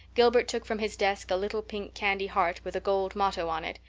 gilbert took from his desk a little pink candy heart with a gold motto on it,